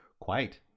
Quite